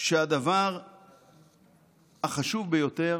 הוא שהדבר החשוב ביותר